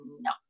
no